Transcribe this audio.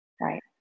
Right